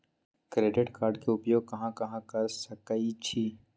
Credit card के उपयोग कहां कहां कर सकईछी?